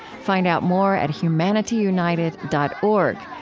find out more at humanityunited dot org,